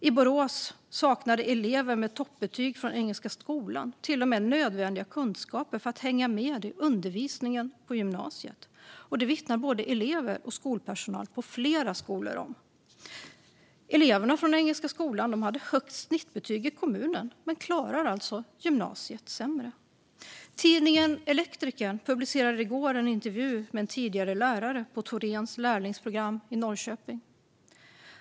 I Borås saknade elever med toppbetyg från Engelska Skolan till och med nödvändiga kunskaper för att hänga med i undervisningen på gymnasiet, och det vittnar både elever och skolpersonal på flera skolor om. Eleverna från Engelska Skolan hade högst snittbetyg i kommunen, men klarade gymnasiet sämre. Tidningen Elektrikern publicerade i går en intervju med en tidigare lärare på Thorens lärlingsprogram i Norrköping.